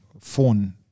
phone